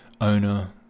owner